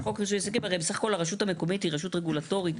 הרי בסך הכל רשות מקומית היא רשות רגולטורית.